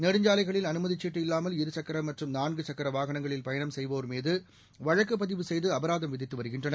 நெடுஞ்சாலைகளில் அனுமதிச் சீட்டு இல்லாமல் இருசக்கர மற்றும் நான்கு சக்கர வாகனங்களில் பயணம் செய்வோர்மீது வழக்குப் பதிவு செய்து அபராதம் விதித்து வருகின்றனர்